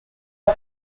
are